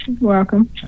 Welcome